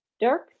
Dirk